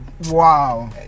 wow